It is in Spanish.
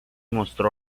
mostró